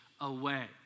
away